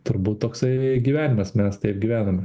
turbūt toksai gyvenimas mes taip gyvename